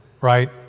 right